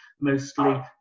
mostly